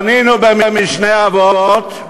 שנינו במשנה אבות,